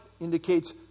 indicates